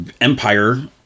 empire